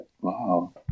Wow